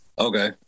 Okay